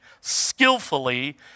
skillfully